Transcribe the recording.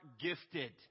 gifted